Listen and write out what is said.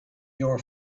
your